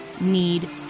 need